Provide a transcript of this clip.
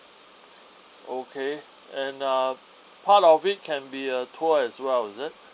okay and uh part of it can be a tour as well is it